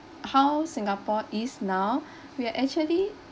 how singapore is now we are actually